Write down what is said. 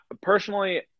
personally